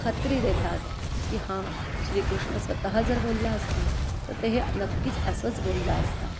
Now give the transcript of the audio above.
खात्री देतात की हां श्रीकृष्ण स्वतः जर बोलला असता तर ते नक्कीच असंच बोलला असता